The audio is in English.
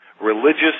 religious